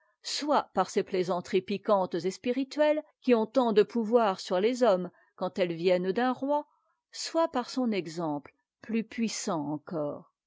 soit par ces plaisanteries piquantes et spirituelles qui ont tant de pouvoir sur les hommes quand elles viennent d'un roi soit par son exempte plus puissant encore